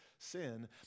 sin